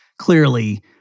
clearly